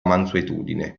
mansuetudine